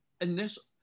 initial